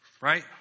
right